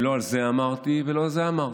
ולא על זה אמרתי ולא על זה אמרתי,